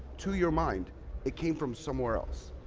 to your mind it came from somewhere else.